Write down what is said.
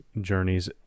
journeys